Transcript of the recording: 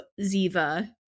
Ziva